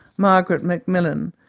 margaret macmillan,